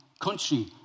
country